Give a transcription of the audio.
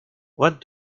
what